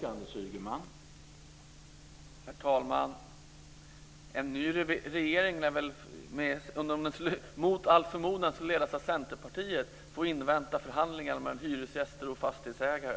Herr talman! En ny regering - om den nu mot all förmodan skulle komma att ledas av Centerpartiet - får invänta förhandlingar mellan hyresgäster och fastighetsägare.